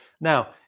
Now